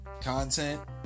content